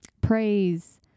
praise